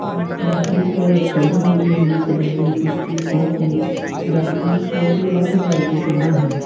ਪਰੰਪਰਿਕ ਖੇਡਾਂ ਹਨ ਜਿਵੇਂ ਕਬੱਡੀ ਕੁਸ਼ਤੀ ਖੋ ਖੋ ਪੰਜਾਬ ਦੀਆਂ ਸੌ ਤੋਂ ਵੱਧ ਰਿਵਾਇਤੀ ਖੇਡਾਂ ਹਨ